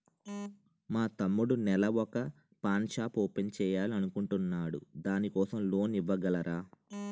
మా తమ్ముడు నెల వొక పాన్ షాప్ ఓపెన్ చేయాలి అనుకుంటునాడు దాని కోసం లోన్ ఇవగలరా?